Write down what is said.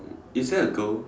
is there a girl